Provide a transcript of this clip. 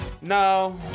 no